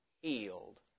healed